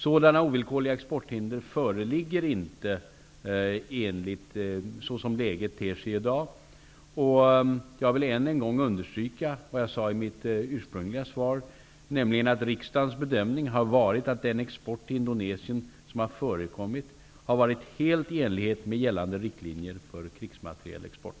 Sådana ovillkorliga exporthinder föreligger inte såsom läget ter sig i dag. Jag vill än en gång understryka vad jag sade i mitt ursprungliga svar, nämligen att riksdagens bedömning har varit att den export till Indonesien som har förekommit har varit helt i enlighet med gällande riktlinjer för krigsmaterielexport.